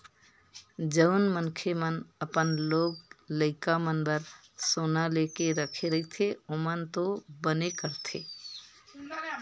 जउन मनखे मन अपन लोग लइका मन बर सोना लेके रखे रहिथे ओमन तो बने करथे